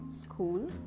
School